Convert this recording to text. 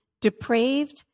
depraved